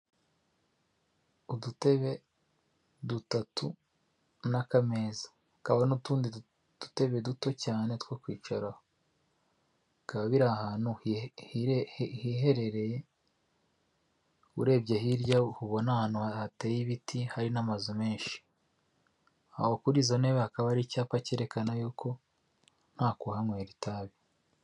Udutebe dutatu n'akameza kaba n'utundi tutebe duto cyane two kwicaraho, bikaba biri ahantu hiherereye, urebye hirya ubona ahantu hateye ibiti, hari n'amazu menshi aho kurizo ntebe, hakaba ari icyapa cyerekana yuko ko nta kuwanywera itabi.